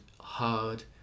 hard